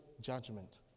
judgment